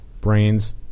brains